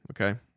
Okay